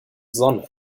sonne